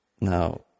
now